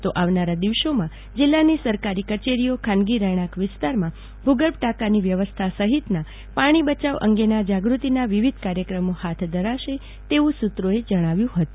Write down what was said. તો આવનારા દિવસોમાં જીલ્લાની સરકારી કચેરીએ ખાનગી રહેણાંક વિસ્તારમાં ભૂગર્ભ ટાંકાની વ્યવસ્થા સહિતના પાણી બચાવ અંગેની જાગૃતિના વિવિધ કાર્યક્રમો હાથ ધરાશે તેવું સુત્રોએ જણાવ્યું હતું